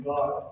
God